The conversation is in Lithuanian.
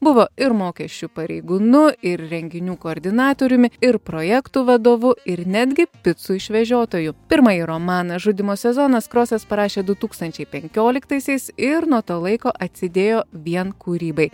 buvo ir mokesčių pareigūnu ir renginių koordinatoriumi ir projektų vadovu ir netgi picų išvežiotoju pirmąjį romaną žudymo sezonas krosas parašė du tūkstančiai penkioliktaisiais ir nuo to laiko atsidėjo vien kūrybai